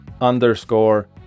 underscore